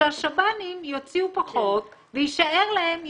שהשב"נים יוציאו פחות, ויישאר להם יותר.